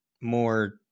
more